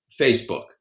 Facebook